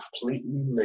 completely